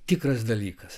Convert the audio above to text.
tikras dalykas